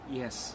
yes